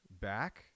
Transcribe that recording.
back